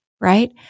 right